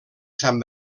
sant